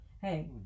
Hey